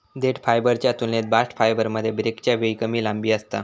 देठ फायबरच्या तुलनेत बास्ट फायबरमध्ये ब्रेकच्या वेळी कमी लांबी असता